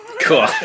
Cool